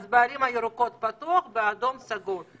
כלומר, בערים הירוקות פתוח ובאדומות סגור.